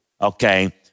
Okay